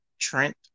Trent